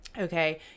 Okay